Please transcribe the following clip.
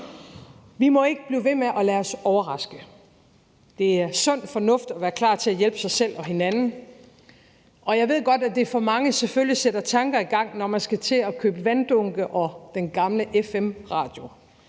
Vi må ikke blive ved med at lade os overraske. Det er sund fornuft at være klar til at hjælpe sig selv og hinanden, og jeg ved godt, at det for mange selvfølgelig sætter tanker i gang, når man skal til at købe vanddunke og en gammel fm-radio